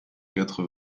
quatre